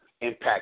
impact